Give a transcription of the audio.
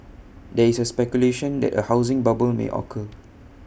there is speculation that A housing bubble may occur